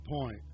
point